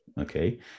okay